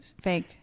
Fake